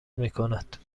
میکند